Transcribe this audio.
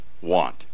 want